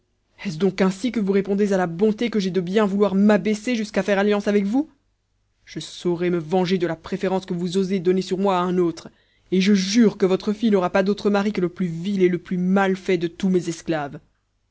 est-ce donc ainsi que vous répondez à la bonté que j'ai de vouloir bien m'abaisser jusqu'à faire alliance avec vous je saurai me venger de la préférence que vous osez donner sur moi à un autre et je jure que votre fille n'aura pas d'autre mari que le plus vil et le plus mal fait de tous mes esclaves